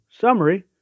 Summary